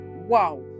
Wow